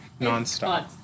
nonstop